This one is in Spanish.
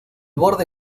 borde